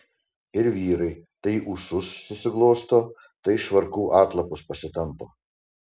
ir vyrai tai ūsus susiglosto tai švarkų atlapus pasitampo